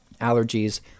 allergies